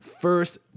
first